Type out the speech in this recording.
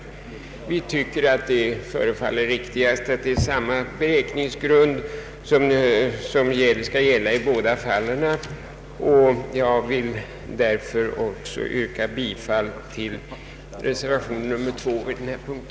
Det förefaller oss riktigast att samma beräkningsgrund skall gälla i båda fallen. Jag vill därför också yrka bifall till reservation 2 vid denna punkt.